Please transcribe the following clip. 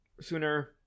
sooner